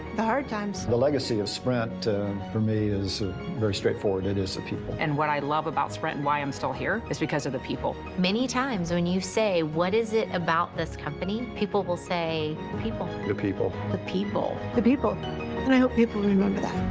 the hard times. the legacy of sprint for me is very straight forward, it is the people. and what i love about sprint and why i'm still here is because of the people. many times when you say what is it about this company, people will say the people. the people. the people. the people and i hope people remember that.